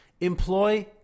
employ